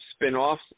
spinoffs